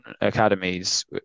academies